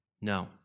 No